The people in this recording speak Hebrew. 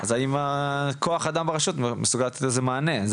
אז האם הכוח אדם ברשות מסוגל לתת לזה מענה?